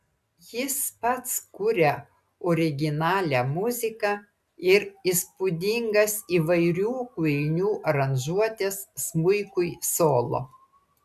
jis pats kuria originalią muziką ir įspūdingas įvairių kūrinių aranžuotes smuikui solo